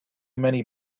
many